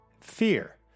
fear